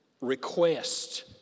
request